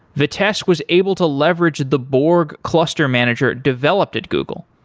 vitess was able to leverage the borg cluster manager developed at google.